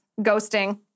ghosting